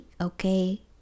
okay